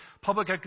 public